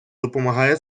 допомагає